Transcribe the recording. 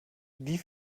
wie